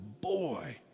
boy